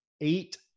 eight